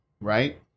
Right